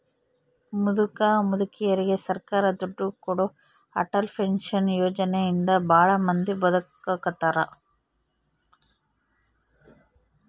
ಮುದುಕ ಮುದುಕೆರಿಗೆ ಸರ್ಕಾರ ದುಡ್ಡು ಕೊಡೋ ಅಟಲ್ ಪೆನ್ಶನ್ ಯೋಜನೆ ಇಂದ ಭಾಳ ಮಂದಿ ಬದುಕಾಕತ್ತಾರ